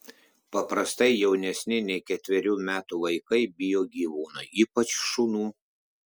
paprastai jaunesni nei ketverių metų vaikai bijo gyvūnų ypač šunų